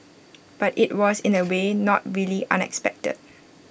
but IT was in A way not really unexpected